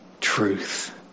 truth